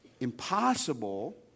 impossible